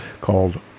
called